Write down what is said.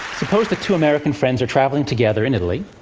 suppose that two american friends are traveling together in italy.